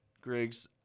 Griggs